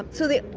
so the.